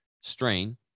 strain